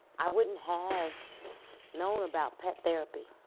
i wouldn't have known about pet therapy.